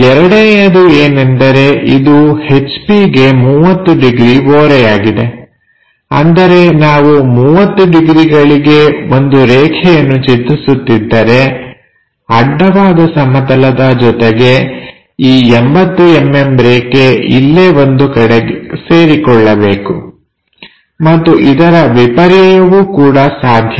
ಎರಡನೆಯದು ಏನೆಂದರೆ ಇದು ಹೆಚ್ ಪಿಗೆ 30 ಡಿಗ್ರಿ ಓರೆಯಾಗಿದೆ ಅಂದರೆ ನಾವು 30 ಡಿಗ್ರಿಗಳಿಗೆ ಒಂದು ರೇಖೆಯನ್ನು ಚಿತ್ರಿಸುತ್ತಿದ್ದರೆ ಅಡ್ಡವಾದ ಸಮತಲದ ಜೊತೆಗೆ ಈ 80mm ರೇಖೆ ಇಲ್ಲೇ ಒಂದು ಕಡೆ ಸೇರಿಕೊಳ್ಳಬೇಕು ಮತ್ತು ಇದರ ವಿಪರ್ಯಯವೂ ಕೂಡ ಸಾಧ್ಯ